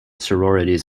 sororities